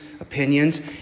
opinions